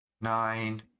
Nine